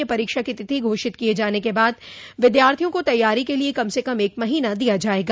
यह परीक्षा की तिथि घोषित किए जाने क बाद विद्यार्थियों को तैयारी के लिए कम से कम एक महीना दिया जाएगा